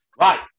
Right